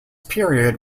period